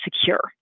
secure